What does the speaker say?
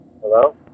Hello